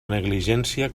negligència